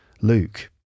Luke